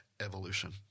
evolution